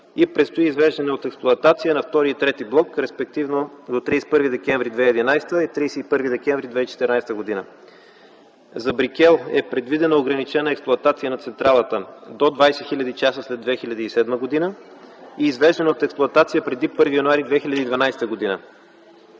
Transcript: и предстои извеждане от експлоатация на втори и трети блок, респективно до 31 декември 2011 г. и до 31 декември 2014 г; за „Брикел” е предвидена ограничена експлоатация на централата – до 20 хил. часа след 2007 г. и извеждане от експлоатация преди 1 януари 2012 г.;